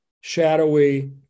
shadowy